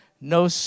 No